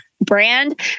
brand